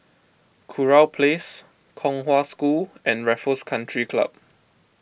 Kurau Place Kong Hwa School and Raffles Country Club